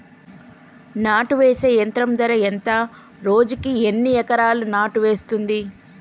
నాటు వేసే యంత్రం ధర ఎంత రోజుకి ఎన్ని ఎకరాలు నాటు వేస్తుంది?